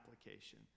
application